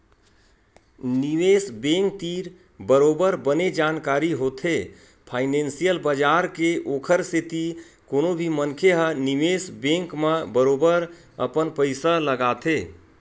निवेस बेंक तीर बरोबर बने जानकारी होथे फानेंसियल बजार के ओखर सेती कोनो भी मनखे ह निवेस बेंक म बरोबर अपन पइसा लगाथे